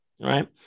right